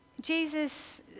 Jesus